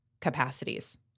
capacities